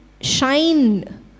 shine